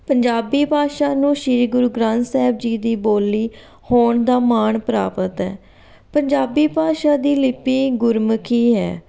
ਪੰਜਾਬੀ ਭਾਸ਼ਾ ਨੂੰ ਸ਼੍ਰੀ ਗੁਰੂ ਗ੍ਰੰਥ ਸਾਹਿਬ ਜੀ ਦੀ ਬੋਲੀ ਹੋਣ ਦਾ ਮਾਣ ਪ੍ਰਾਪਤ ਹੈ ਪੰਜਾਬੀ ਭਾਸ਼ਾ ਦੀ ਲਿਪੀ ਗੁਰਮੁਖੀ ਹੈ